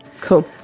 cool